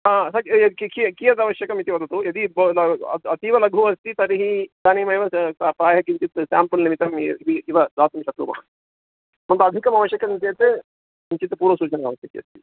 ह कियत्वशकम् इति वदतु यदि अतीव लघु अस्ति तर्हि इदानीमेव प्रायः किञ्चित् सेम्पल् निमित्तम् इव दातुं शक्नुमः परन्तु अधिकम् आवश्यकं चेत् किञ्चित् पूर्वसूचना आवश्यकी अस्ति